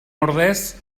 ordez